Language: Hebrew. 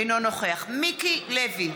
אינו נוכח מיקי לוי,